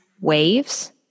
waves